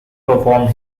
performed